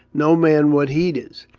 no man what heat is.